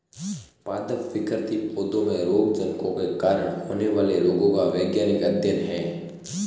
पादप विकृति पौधों में रोगजनकों के कारण होने वाले रोगों का वैज्ञानिक अध्ययन है